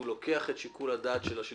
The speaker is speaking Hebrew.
רק את משרד הפנים שמעתי שהוא מתנגד.